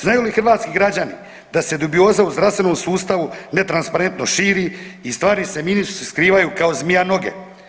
Znaju li hrvatski građani da se dubioza u zdravstvenom sustavu netransparentno širi i stvari se, ministri se skrivaju kao zmija noge.